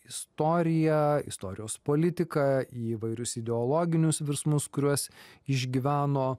istoriją istorijos politiką įvairius ideologinius virsmus kuriuos išgyveno